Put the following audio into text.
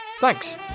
Thanks